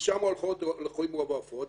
משם לוקחים את רוב העופות.